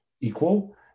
equal